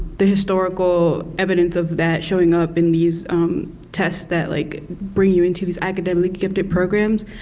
the historical evidence of that showing up in these tests that like bring you into these academically gifted programs.